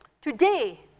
Today